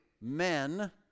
men